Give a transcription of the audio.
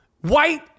white